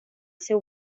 seu